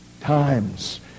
times